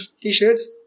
t-shirts